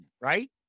Right